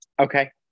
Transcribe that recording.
okay